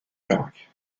york